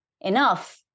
enough